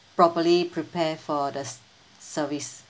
properly prepare for the service